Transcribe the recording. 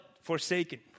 forsaken